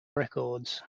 records